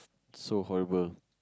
so horrible